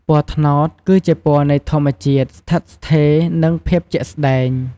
ពណ៌ត្នោត គឺជាពណ៌នៃ ធម្មជាតិ ស្ថេរភាព និង ភាពជាក់ស្តែង។